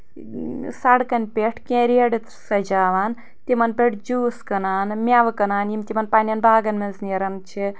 سڑکن پٮ۪ٹھ کینٛہہ ریڈٕ سجاوان تمن پٮ۪ٹھ جوس کٕنان میوٕ کٕنان یم تمن پننٮ۪ن باغن منٛز نیران چھِ